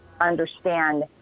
understand